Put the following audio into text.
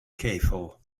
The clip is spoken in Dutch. gevel